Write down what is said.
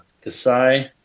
Kasai